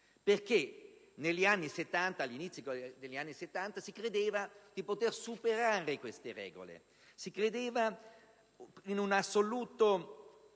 Perché all'inizio degli anni '70 si credeva di poter superare quelle regole; si credeva in un'assoluta